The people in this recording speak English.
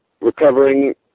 recovering